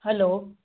hello